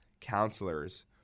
counselors